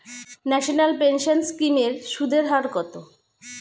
National pension scheme এর সুদের হার কত?